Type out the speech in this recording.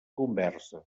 conversa